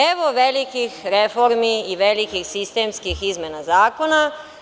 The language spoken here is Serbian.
Evo velikih reformi i velikih sistemskih izmena zakona.